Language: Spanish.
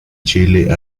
chile